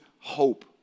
hope